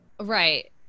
Right